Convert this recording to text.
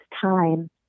time